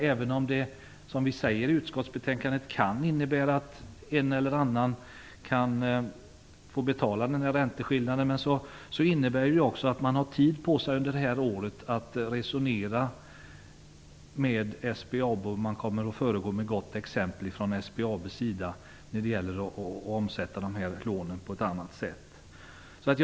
Även om det kan hända att en och annan av de enskilda låntagarna får betala ränteskillnaden, innebär förslaget att de har tid att resonera med SBAB. SBAB kommer att föregå med gott exempel när det gäller att lägga om dessa lån.